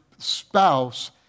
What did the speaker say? spouse